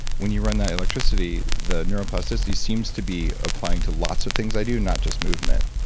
when you run that electricity, the neuroplasticity seems to be applying to lots of things i do, not just movement.